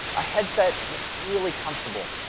a headset that's really comfortable.